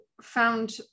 found